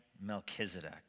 Melchizedek